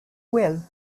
will